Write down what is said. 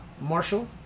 marshall